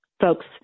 folks